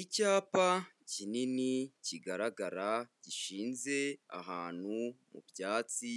Icyapa kinini kigaragara gishinze ahantu mu byatsi,